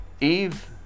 Eve